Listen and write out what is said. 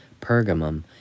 Pergamum